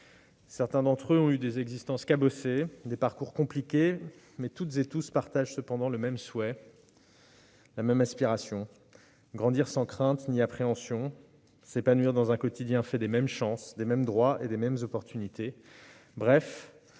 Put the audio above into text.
Certains d'entre eux ont eu des existences cabossées, des parcours compliqués, mais toutes et tous partagent le même souhait, la même aspiration : grandir sans crainte ni appréhension, s'épanouir dans un quotidien fait des mêmes chances, des mêmes droits et des mêmes opportunités, bref,